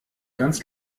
ganz